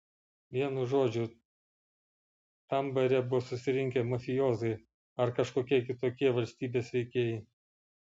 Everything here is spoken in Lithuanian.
vienu žodžiu tam bare buvo susirinkę mafijoziai ar kažkokie kitokie valstybės veikėjai